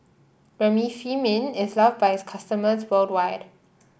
Remifemin is love by its customers worldwide